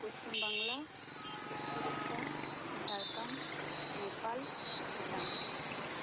Paschim Bangla Orissa Jharkhand Nepal Bhutan